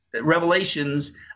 revelations